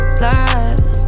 slide